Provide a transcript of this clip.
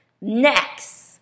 Next